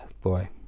boy